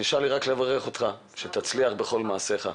נשאר לי רק לברך אותך שתצליח בכל מעשיך.